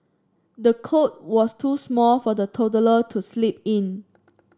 the cot was too small for the toddler to sleep in